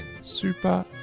Super